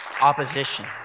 opposition